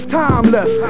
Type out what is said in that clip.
timeless